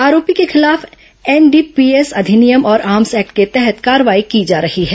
आरोपी के खिलाफ एनडीपीएस अधिनियम और आर्म्स एक्ट के तहत कार्रवाई की जा रही है